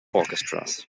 orchestras